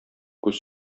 күз